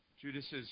Judas